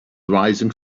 rising